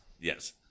Yes